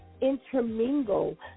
intermingle